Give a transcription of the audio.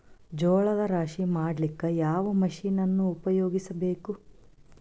ಜೋಳದ ರಾಶಿ ಮಾಡ್ಲಿಕ್ಕ ಯಾವ ಮಷೀನನ್ನು ಉಪಯೋಗಿಸಬೇಕು?